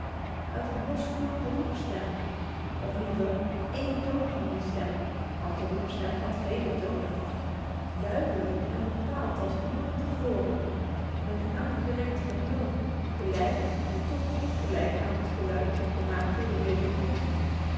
uit het bos klonk de roepstem of liever één toon dier stem want de roepstem had vele tonen duidelijk en bepaald als nooit te voren een langgerekt gehuil gelijk en toch ongelijk aan het geluid gemaakt door de wilde hond